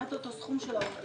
כמעט באותו סכום כמו של העובדים.